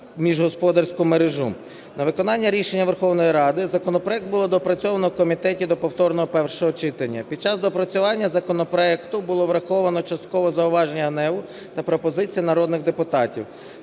На виконання рішення Верховної Ради законопроект було доопрацьовано в комітеті до повторного першого читання. Під час доопрацювання законопроекту було враховано частково зауваження ГНЕУ та пропозиції народних депутатів.